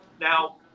now